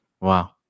Wow